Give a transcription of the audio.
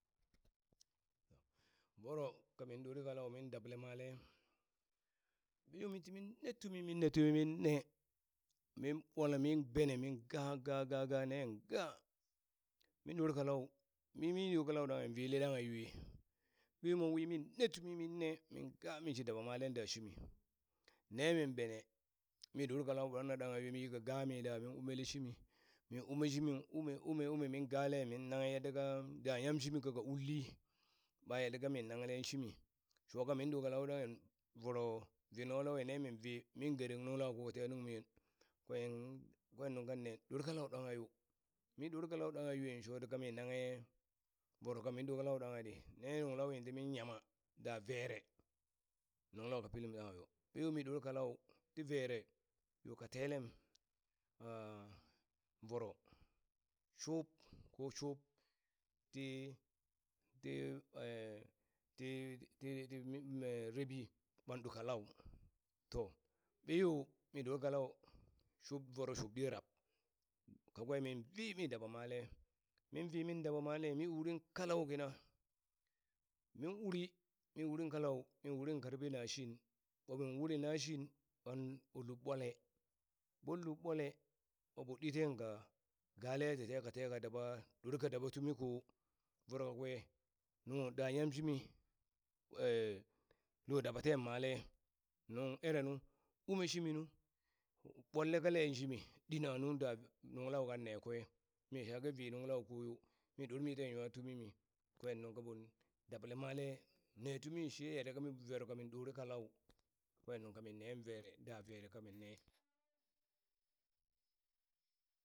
Voro kamin ɗore kalau min dable male, ɓeyo mintimin ne tumi minne tumi minne min ɓwala min bene min ga ga ga ga nen ga mi ɗore kalau, mi min yi min ɗo kalua ɗanghad in vili ɗanghadyo, ɓeyo min uri min ne timu min ne min ga minshi daba male da shimi, ne min bene mi ɗor kalua monne ɗanghad yoe mi yi ka gami ɗa min umele shimi min ume shimi ume ume ume min gale min nanghe yadaka da yam shimi kaka ulli, ɓa yaddaka min nangle shimi, sho ka min ɗo kalauwi danghad voro vii nung laui ne min vii min gereng nunglau ko ka te nungmi yo kwen, kwen nungka inne ɗor kalau ɗanghad yo, mi ɗor kalau ɗangahd yoe shoti kami nanghe voro kamin ɗore kalau ɗanghaɗi ne nuŋ laui timin yama daa veere nunglau ka pilim ɗangahdn yo, ɓeyo mi ɗor kalau ti veere yo ka telem voro shub ko shub ti ti ti ti ti rebi ɓan ɗo kalau, to ɓeyo mi ɗor kalau shub voro shubɗi rab, kakwe min vii mi daba male min vii min daba male, mi uri kalau kina min uri min urin kalau mi uri karfe nashin ɓa min uri nashin ɓan ɓo lub ɓwale, ɓon lub ɓwale ɓaɓo ɗi teen ka gale tite ka teka daba ɗor ka daɓa tumi ko, vor kakwe nuu da yamshimi lo daba teen male nun ere nu ume shimi nu ɓwalle kalen shimi ɗina nu da nunglau kan nee kwee mi sake vii nunglau koyo mi ɗormi teen nwa tumimi kwen nungka ɓon daɓale male nee tumi she yaddaka voroka min ɗore kalau kwen nungka min neen veere da veere kamin nee.